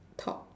top